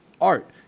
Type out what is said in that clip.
Art